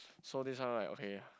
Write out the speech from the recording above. so this one right okay